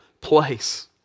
place